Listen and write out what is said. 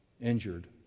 injured